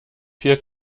vier